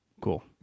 Cool